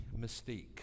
mystique